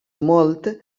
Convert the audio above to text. molt